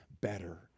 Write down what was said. better